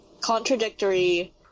contradictory